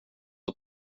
att